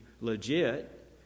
legit